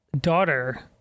daughter